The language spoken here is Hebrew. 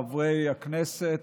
חברי הכנסת,